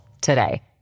today